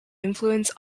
influence